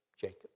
Jacob